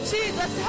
Jesus